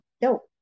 dope